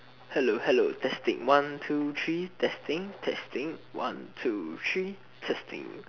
hello hello testing one two three testing testing one two three testing